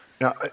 Now